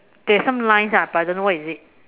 there's some lines ah but I don't know what is it